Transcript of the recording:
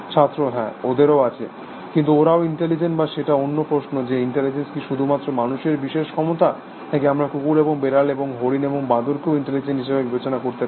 ছাত্র হ্যাঁ ওদেরও আছে কিন্তু ওরাও ইন্টেলিজেন্ট বা সেটা অন্য প্রশ্ন যে ইন্টেলিজেন্স কি শুধুমাত্র মানুষের বিশেষ ক্ষমতা নাকি আমরা কুকুর এবং বেড়াল এবং হরিন এবং বাঁদরকেও ইন্টেলিজেন্ট হিসাবে বিবেচনা করতে পারি